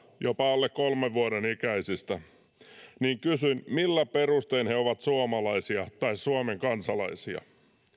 jopa alle kolmen vuoden ikäisiä niin kysyn millä perustein he ovat suomalaisia tai suomen kansalaisia